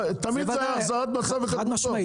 הוא צריך להחזיר את המצב לקדמותו.